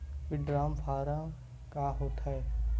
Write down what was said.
withdrawal form का होथेय